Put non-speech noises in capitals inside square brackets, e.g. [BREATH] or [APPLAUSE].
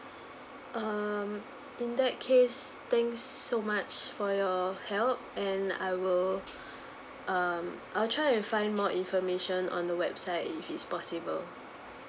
um in that case thanks so much for your help and I will [BREATH] um I'll try and find more information on the website if it's possible